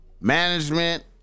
Management